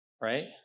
right